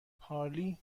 پارلی